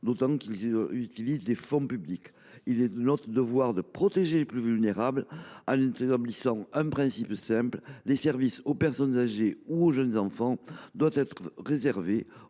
plus est en utilisant des fonds publics. Notre devoir est de protéger les plus vulnérables en retenant un principe simple : les services aux personnes âgées ou aux jeunes enfants doivent être réservés